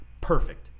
perfect